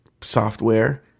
software